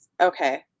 okay